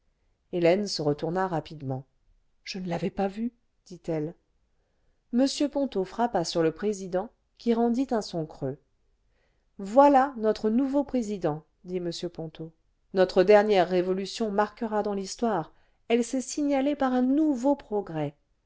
hélène se retourna rapidement ce je ne l'avais pas vu dit-elle m ponto frappa sur le président qui rendit un son creux voilà notre nouveau président dit m ponto notre dernière révolution marquera dans l'histoire elle s'est signalée par un nouveau progrès